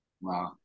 Wow